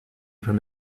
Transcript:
from